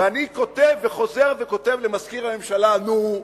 ואני כותב וחוזר וכותב למזכיר הממשלה: נו,